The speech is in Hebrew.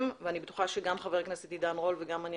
ואני בטוחה שגם חבר הכנסת עידן רול וגם אני,